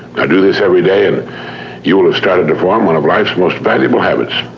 now do this every day and you will have started to form one of life's most valuable habits.